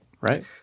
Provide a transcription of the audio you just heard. right